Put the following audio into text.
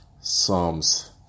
Psalms